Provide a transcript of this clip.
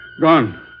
gone